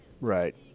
Right